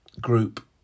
group